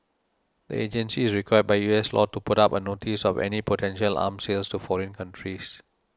the agency is required by U S law to put up a notice of any potential arm sales to foreign countries